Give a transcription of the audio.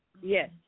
Yes